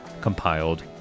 compiled